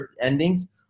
endings